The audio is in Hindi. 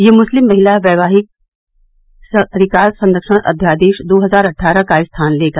यह मुस्लिम महिला वैवाहिक अधिकार संरक्षण अध्यादेश दो हजार अट्ठारह का स्थान लेगा